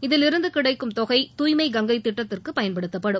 இதில் இருந்து கிடைக்கும் தொகை தூய்மை கங்கை திட்டத்திற்கு பயன்படுத்தப்படும்